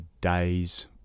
days